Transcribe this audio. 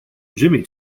jimmy